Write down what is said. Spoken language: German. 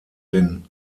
den